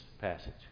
passage